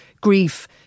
grief